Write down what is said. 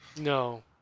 No